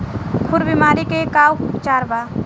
खुर बीमारी के का उपचार बा?